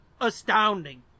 astounding